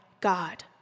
God